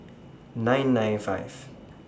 nine nine five